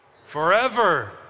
Forever